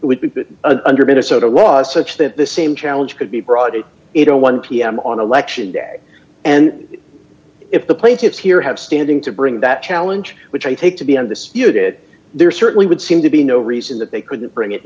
would be an under minnesota law such that the same challenge could be brought to it on one pm on election day and if the plaintiffs here have standing to bring that challenge which i take to be undisputed there certainly would seem to be no reason that they couldn't bring it